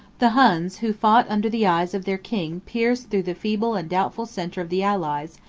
the huns, who fought under the eyes of their king pierced through the feeble and doubtful centre of the allies,